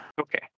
Okay